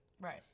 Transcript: Right